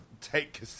take